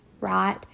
right